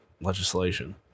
legislation